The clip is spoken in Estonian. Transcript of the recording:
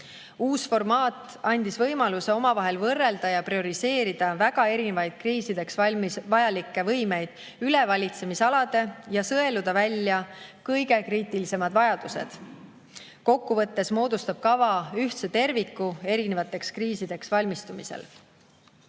Uus formaat andis võimaluse omavahel võrrelda ja prioriseerida väga erinevaid kriisideks valmis[olekuks] vajalikke võimeid üle valitsemisalade ja sõeluda välja kõige kriitilisemad vajadused. Kokku võttes moodustab kava ühtse terviku erinevateks kriisideks valmistumisel.